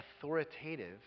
authoritative